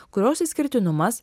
kurios išskirtinumas